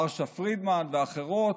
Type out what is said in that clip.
מרשה פרידמן ואחרות,